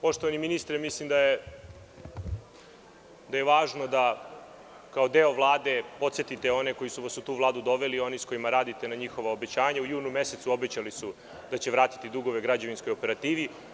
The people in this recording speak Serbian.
Poštovani ministre, mislim da je važno da kao deo Vlade podsetite one koji su vas u tu Vladu doveli, oni sa kojima radite na njihova obećanja jer su u junu mesecu obećali da će vratiti dugove građevinskoj operativi.